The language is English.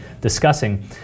discussing